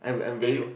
they do